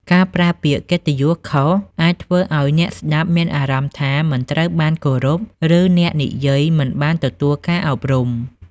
ការប្រើពាក្យកិត្តិយសខុស អាចធ្វើឱ្យអ្នកស្ដាប់មានអារម្មណ៍ថាមិនត្រូវបានគោរព ឬអ្នកនិយាយមិនបានទទួលការអប់រំ។